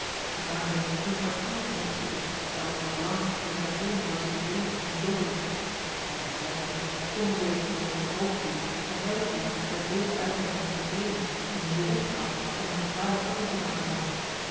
of gezamenlijk hun kwartier gingen opzoeken nadat ze wat lang in de taveerne hadden zitten drinken en dobbelen met hun vijftienen konden ze desnoods het hoofd bieden aan elk die met deze uitlegging niet tevreden hun in den weg trad om een gevaarlijk onderzoek aan te vangen